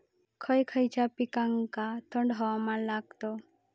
खय खयच्या पिकांका थंड हवामान लागतं?